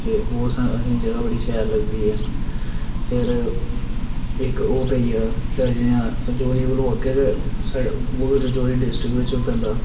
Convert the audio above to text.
के ओह् असेंगी जगहां बड़ी शैल लगदी ऐ फिर इक ओह् पेई गेआ सरजियां रजौरी कोला अग्गें गै साइड ओह् रजौरी डिस्ट्रिक्ट बिच्च गै पैंदा